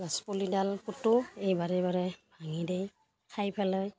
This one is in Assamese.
গাছপুলিডাল পুতো এই বাৰে বাৰে ভাঙি দেই খাই পেলয়